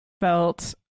felt